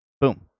boom